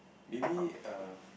maybe err